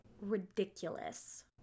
Ridiculous